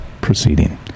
proceeding